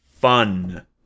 fun